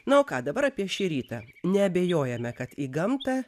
na o ką dabar apie šį rytą neabejojame kad į gamtą